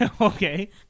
Okay